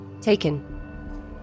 taken